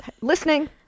listening